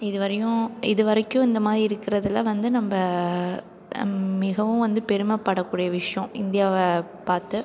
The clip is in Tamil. இது வரையும் இது வரைக்கும் இந்த மாதிரி இருக்கிறதுல வந்து நம்ப மிகவும் வந்து பெருமைப்படக்கூடிய விஷயம் இந்தியாவைப் பார்த்து